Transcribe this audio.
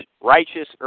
Righteous